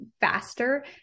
faster